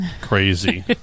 crazy